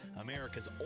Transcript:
America's